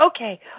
okay